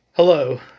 Hello